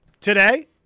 today